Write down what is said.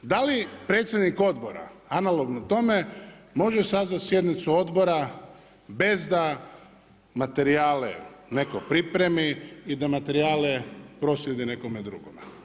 Da li predsjednik odbora analogno tome može sazvat sjednicu odbora bez da materijale netko pripremi i da materijale proslijedi nekome drugome.